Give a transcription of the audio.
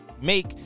make